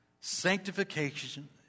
Sanctification